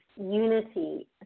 unity